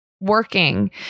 working